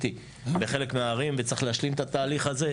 בחלק מהערים וצריך להשלים את התהליך הזה.